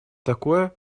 такое